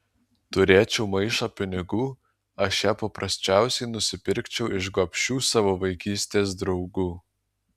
turėčiau maišą pinigų aš ją paprasčiausiai nusipirkčiau iš gobšių savo vaikystės draugų